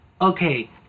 okay